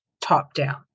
top-down